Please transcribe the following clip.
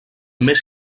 més